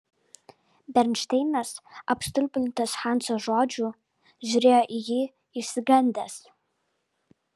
bernšteinas apstulbintas hanso žodžių žiūrėjo į jį išsigandęs